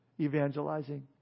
evangelizing